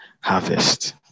harvest